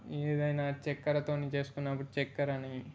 ఏదైనా చక్కెరతో చేసుకున్నప్పుడు చక్కెరని